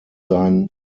seinen